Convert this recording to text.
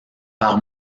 par